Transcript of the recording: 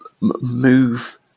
move